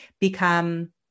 become